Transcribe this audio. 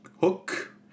Hook